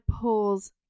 pulls